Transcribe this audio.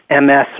MS